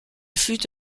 fut